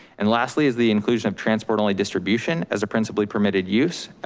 and lastly is the inclusion of transport only distribution as a principally permitted use.